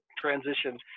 transition